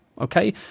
okay